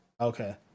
Okay